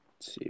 see